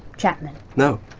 chapman? no.